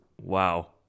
wow